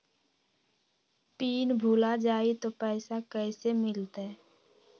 Pin भूला जाई तो पैसा कैसे मिलते?